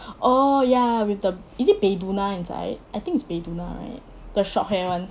oh ya with the is it bae doona inside I think it's bae doona right the short hair [one]